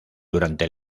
durante